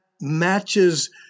matches